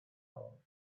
all